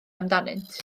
amdanynt